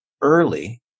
early